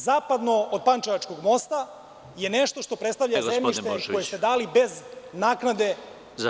Zapadno od Pančevačkog mosta je nešto što predstavlja zemljište koje ste dali bez naknade Luci Beograd.